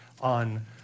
on